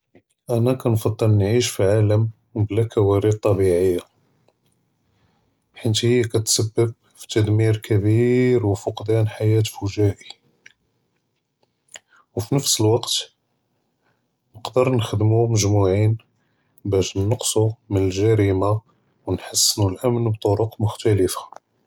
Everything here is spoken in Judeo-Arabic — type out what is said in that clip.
אַנָא כַּנְפַדֵּל נְעַיֵּש פִּעָלַם בְּלַא קְוָארְת טְבִיעִיָּה, חֵית הִי כַּתְסַבַּב פִּתַּדְמִיר כְּבִּיר וּפִקְדַאן חַיַאת פַּגַ'אִי, וּפִנְפְס אֶלְווַקְת, נְקְדְּרוּ נְחַדְּמוּ מְגַ'מוּעִין בַּאש נְקַצְּרוּ מִן אֶלְגְּרִימָה וְנְחַסְּנוּ אֶלְאַמְן בְּטְרֻק מֻכְתַּלֵפָה.